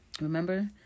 Remember